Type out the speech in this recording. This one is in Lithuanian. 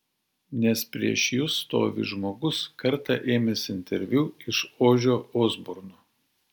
nes prieš jus stovi žmogus kartą ėmęs interviu iš ožio osborno